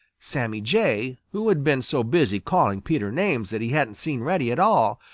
sammy jay, who had been so busy calling peter names that he hadn't seen reddy at all,